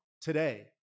today